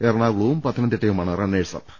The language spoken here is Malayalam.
എറണാകു ളവും പത്തനംതിട്ടയുമാണ് റണ്ണേഴ്സ് അപ്പ്